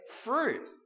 fruit